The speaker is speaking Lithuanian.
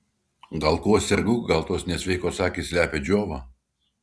gal kuo sergu gal tos nesveikos akys slepia džiovą